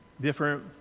different